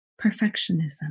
perfectionism